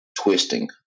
twisting